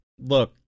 Look